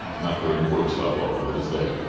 not very important stuff often, but it's there.